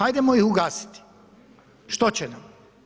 Ajdemo ih ugasiti, što će nam?